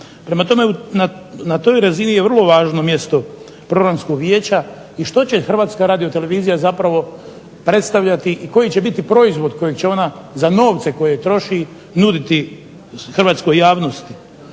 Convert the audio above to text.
Prema tome, na toj razini je vrlo važno mjesto Programskog vijeća i što će HRT zapravo predstavljati i koji će biti proizvod kojeg će ona za novce koje troši nuditi hrvatskoj javnosti.